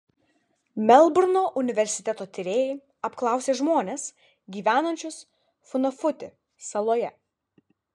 melburno universiteto tyrėjai apklausė žmones gyvenančius funafuti saloje